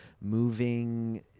moving